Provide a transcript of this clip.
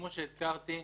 כמו שהזכרתי,